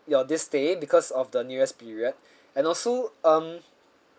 your this stay because of the new year's period and also um